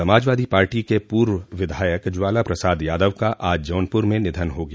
समाजवादी पार्टी के पूर्व विधायक ज्वाला प्रसाद यादव का आज जौनपुर में निधन हो गया